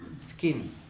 skin